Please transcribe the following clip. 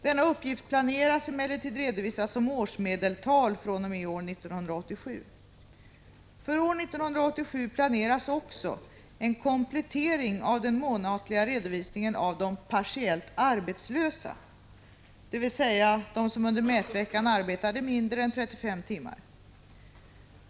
Denna uppgift planeras emellertid redovisas som årsmedeltal fr.o.m. år 1987. För år 1987 planeras också en komplettering av den månatliga redovisningen av de partiellt arbetslösa, dvs. de som under mätveckan arbetade mindre än 35 timmar.